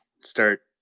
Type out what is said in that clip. Start